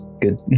good